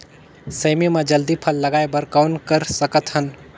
सेमी म जल्दी फल लगाय बर कौन कर सकत हन?